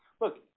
look